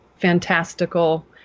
fantastical